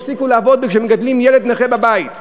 הפסיקו לעבוד כשמגדלים ילד נכה בבית.